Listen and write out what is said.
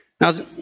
Now